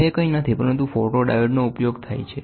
તે કંઈ નથી પરંતુ ફોટોડાયોડનો ઉપયોગ થાય છે